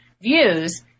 views